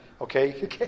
okay